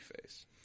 face